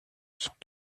sont